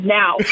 now